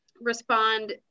respond